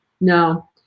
No